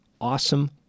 awesome